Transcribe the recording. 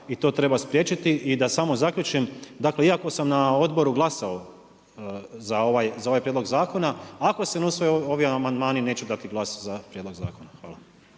i to treba spriječiti. I da samo zaključim, dakle iako sam na odboru glasao za ovaj prijedlog zakona ako se ne usvoje ovi amandmani neću dati glas za prijedlog zakona. Hvala.